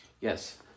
Yes